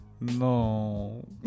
No